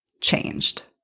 changed